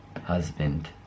husband